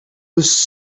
was